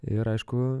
ir aišku